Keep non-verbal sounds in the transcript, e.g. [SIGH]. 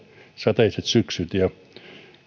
sateiset syksyt [UNINTELLIGIBLE]